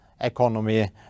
economy